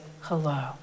hello